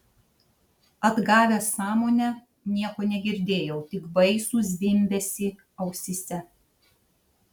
atgavęs sąmonę nieko negirdėjau tik baisų zvimbesį ausyse